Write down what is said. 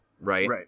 right